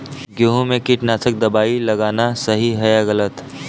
गेहूँ में कीटनाशक दबाई लगाना सही है या गलत?